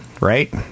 right